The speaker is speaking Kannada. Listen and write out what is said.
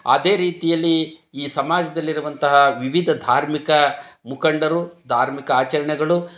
ಅದೇ ರೀತಿಯಲ್ಲಿ ಈ ಸಮಾಜದಲ್ಲಿರುವಂತಹ ವಿವಿಧ ಧಾರ್ಮಿಕ ಮುಖಂಡರು ಧಾರ್ಮಿಕ ಆಚರಣೆಗಳು